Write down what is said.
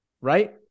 right